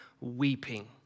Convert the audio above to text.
Weeping